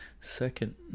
second